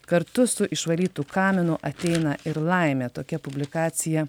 kartu su išvalytu kaminu ateina ir laimė tokia publikacija